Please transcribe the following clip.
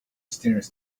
stairs